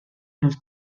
los